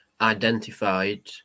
identified